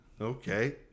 Okay